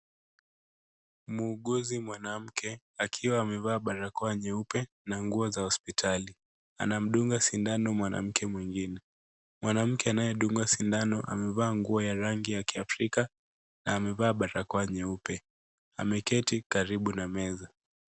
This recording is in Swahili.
Muuguzi mwanamke akiwa amevaa barakoa nyeupe na nguo za hospitali, anamdunga sindano mwanamke mwengine. Mwanamke anayedungwa sindano amevaa nguo ya rangi ya kiafrika na amevaa barakoa nyeupe, ameketi karibu na meza.